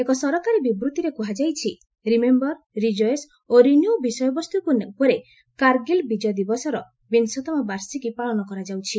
ଏକ ସରକାରୀ ବିବୃତ୍ତିରେ କୁହାଯାଇଛି ରିମେମ୍ବର ରିଜଏସ୍ ଓ ରିନ୍ୟୁଉ ବିଷୟବସ୍ତୁ ଉପରେ କାରଗିଲ ବିଜୟ ଦିବସର ବିଂଶତମ ବାର୍ଷିକୀ ପାଳନ କରାଯାଉଛି